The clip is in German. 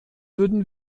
würden